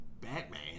Batman